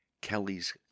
Kelly's